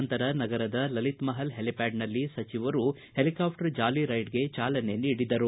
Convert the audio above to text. ನಂತರ ನಗರದ ಲಲಿತಮಹಲ್ ಹೆಲಿಪ್ಟಾಡ್ನಲ್ಲಿ ಸಚಿವರು ಹೆಲಿಕಾಪ್ಟರ್ ಜಾಲಿ ರೈಡ್ಗೆ ಚಾಲನೆ ನೀಡಿದರು